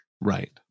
Right